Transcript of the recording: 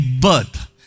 birth